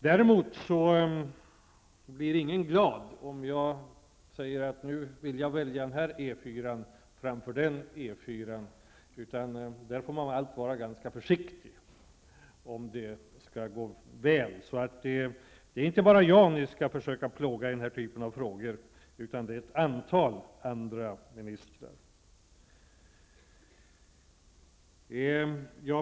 Däremot blir ingen glad om jag säger att jag vill satsa på en sträckning av E 4 framför en annan, utan på det området får man allt vara ganska försiktig om det skall gå väl. Det är alltså inte bara mig ni skall försöka plåga i den här typen av frågor, utan det är även ett antal andra ministrar.